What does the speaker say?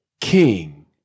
king